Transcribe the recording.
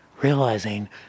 realizing